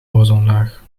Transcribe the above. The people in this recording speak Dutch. ozonlaag